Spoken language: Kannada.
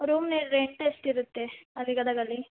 ರೂಮ್ ಮೇಲೆ ರೆಂಟ್ ಎಷ್ಟು ಇರುತ್ತೆ ಅಲ್ಲಿ ಗದಗಲ್ಲಿ